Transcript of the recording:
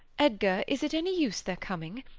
edgar, is it any use their coming?